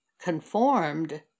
conformed